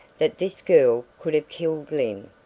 that this girl could have killed lyne.